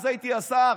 אז הייתי השר